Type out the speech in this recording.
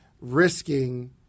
risking